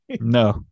No